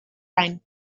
ein